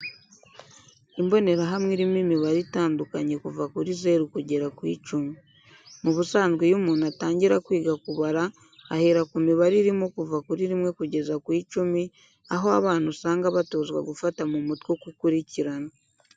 Imbonerahamwe irimo imibare itanduaknye kuva kuri zero kugeza ku icumi. Mu busanzwe iyo umuntu atangira kwiga kubara ahera ku mibare irimo kuva kuri rimwe kugeza ku icumi, aho abana usanga batozwa gufata mu mutwe uko ikurikirana.